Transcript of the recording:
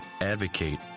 advocate